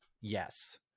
Yes